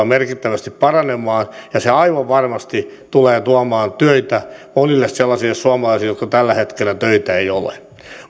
merkittävästi paranemaan ja se aivan varmasti tulee tuomaan töitä monille sellaisille suomalaisille joilla tällä hetkellä töitä ei ole